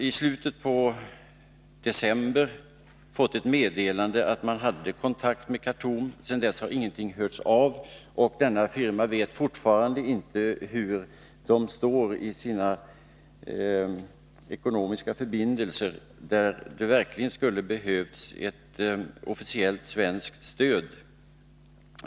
I slutet av december kom ett meddelande, att det fanns kontakt med Khartoum. Sedan dess har ingenting hörts, och firman vet fortfarande inte hur det är med de ekonomiska förbindelserna. Det skulle här verkligen ha behövts ett officiellt svenskt stöd.